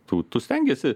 tu tu stengiesi